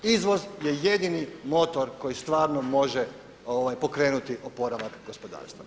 Izvoz je jedini motor koji stvarno može pokrenuti oporavak gospodarstva.